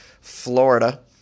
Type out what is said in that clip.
Florida